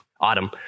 Autumn